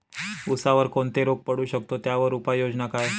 ऊसावर कोणता रोग पडू शकतो, त्यावर उपाययोजना काय?